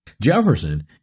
Jefferson